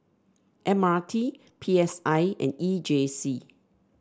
M R T P S I and E J C